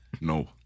No